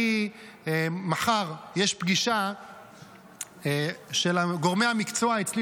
מחר יש פגישה של גורמי המקצוע אצלי